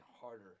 harder